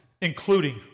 including